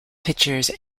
pictures